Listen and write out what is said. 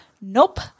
Nope